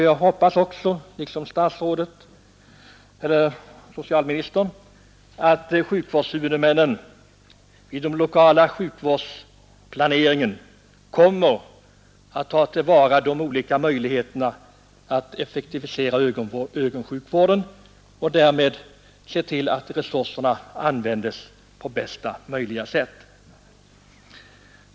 Jag hoppas också liksoo socialministern att sjukvårdshuvudmännen vid den lokala sjukvårdsplaneringen kommer att ta till vara de olika möjligheterna att effektivisera ögonsjukvården och därmed se till att resurserna används på bästa möjliga sätt.